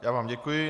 Já vám děkuji.